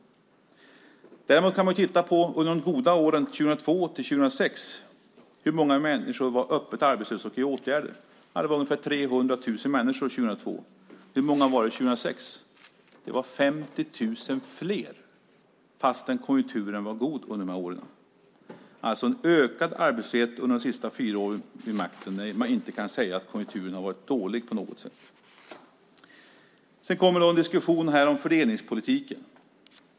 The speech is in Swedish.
Däremot kan man titta på hur många människor som var öppet arbetslösa och i åtgärder under de goda åren 2002-2006. Det var ungefär 300 000 människor 2002. Hur många var det 2006? Det var 50 000 fler trots att konjunkturen var god under dessa år. Det har alltså skett en ökning av arbetslösheten under Socialdemokraternas sista fyra åren vid makten då man inte kan säga att konjunkturen har varit dålig på något sätt. Sedan förs en diskussion om fördelningspolitiken.